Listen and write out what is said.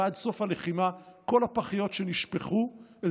ועד סוף הלחימה כל הפחיות שנשפכו אל